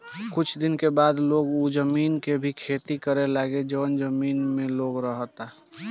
कुछ दिन के बाद लोग उ जमीन के भी खेती करे लागी जवन जमीन में लोग रहता